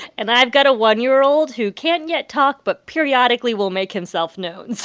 and i've got a one year old who can't yet talk but, periodically, will make himself known.